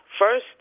first